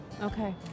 okay